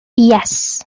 yes